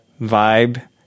vibe